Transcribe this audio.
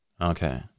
Okay